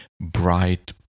bright